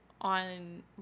on